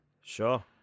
Sure